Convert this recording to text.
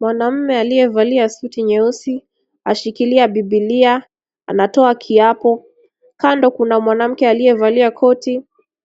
Mwanamume aliyevalia suti nyeusi, ashikilia bibilia, anatoa kiapo. Kando kuna mwanamke aliyevalia koti